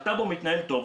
הטאבו מתנהל טוב,